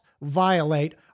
violate